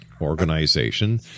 organization